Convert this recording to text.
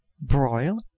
broil